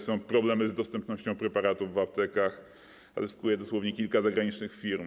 Są problemy z dostępnością preparatów w aptekach, a zyskuje dosłownie kilka zagranicznych firm.